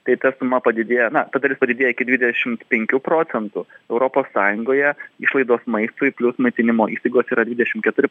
tai ta suma padidėja na ta dalis padidėja iki dvidešimt penkių procentų europos sąjungoje išlaidos maistui plius maitinimo įstaigos yra dvidešim keturi